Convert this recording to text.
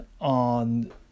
on